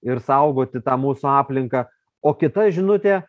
ir saugoti tą mūsų aplinką o kita žinutė